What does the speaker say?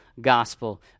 gospel